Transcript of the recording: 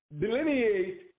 Delineate